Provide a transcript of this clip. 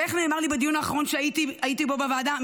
איך נאמר לי בדיון האחרון שהייתי בו בוועדה?